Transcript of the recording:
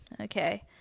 Okay